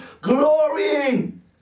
glorying